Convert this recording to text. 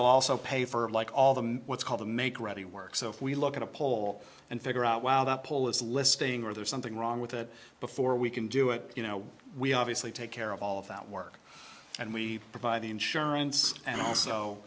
also pay for like all the what's called a make ready work so if we look at a poll and figure out while the poll is listing or there's something wrong with it before we can do it you know we obviously take care of all of that work and we provide the insurance and also